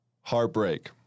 heartbreak